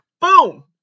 boom